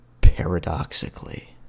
paradoxically